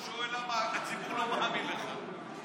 הוא שואל למה הציבור לא מאמין לך.